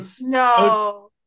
No